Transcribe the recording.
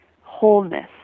wholeness